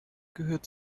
gehört